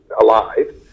alive